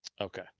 Okay